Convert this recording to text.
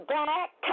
back